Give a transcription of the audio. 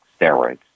steroids